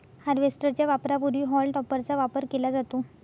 harvester च्या वापरापूर्वी हॉल टॉपरचा वापर केला जातो